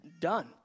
done